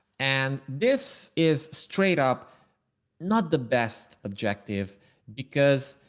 and this is straight up not the best objective because,